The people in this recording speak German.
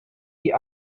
die